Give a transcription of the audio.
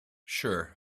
sure